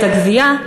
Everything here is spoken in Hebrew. ואת הגבייה,